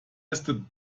erste